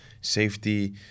safety